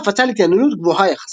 זכתה ההפצה להתעניינות גבוהה יחסית,